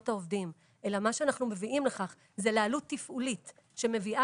העובדים אלא מה שאנחנו מביאים כאן זה לעלות תפעולית שמביאה